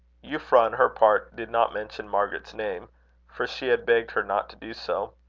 euphra, on her part, did not mention margaret's name for she had begged her not to do so.